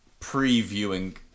previewing